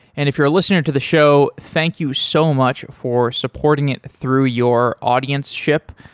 and if you're a listener to the show, thank you so much for supporting it through your audienceship.